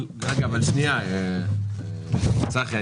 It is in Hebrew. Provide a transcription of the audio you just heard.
צחי,